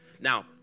Now